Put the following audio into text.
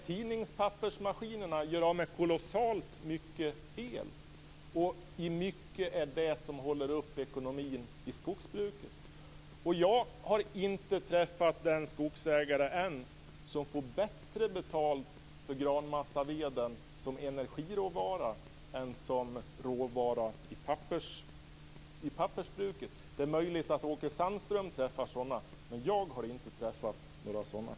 Tidningspappersmaskinerna gör av med kolossalt mycket el, och det är i mycket detta som upprätthåller ekonomin i skogsbruket. Jag har ännu inte träffat någon skogsägare som får bättre betalt för granmassaveden som energiråvara än som råvara på pappersbruken. Det är möjligt att Åke Sandström träffar sådana skogsägare, men jag har inte gjort det.